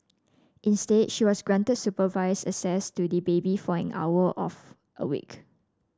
instead she was granted supervised access to the baby for an hour off a week